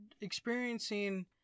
experiencing